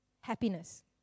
happiness